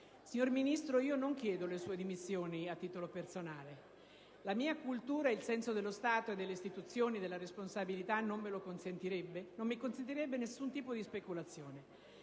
Signor Ministro, non chiedo le sue dimissioni a titolo personale. La mia cultura, il senso dello Stato, delle istituzioni e delle responsabilità non mi consentirebbero nessun tipo di speculazione.